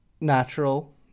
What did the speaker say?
natural